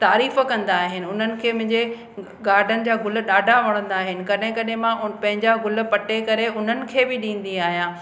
तारीफ़ कंदा आहिनि उन्हनि खे मुंहिंजे गाडन जा गुल ॾाढा वणंदा आहिनि कॾहिं कॾहिं मां पंहिंजा गुल पटे करे उन्हनि खे बि ॾींदी आहियां